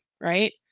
right